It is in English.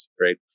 right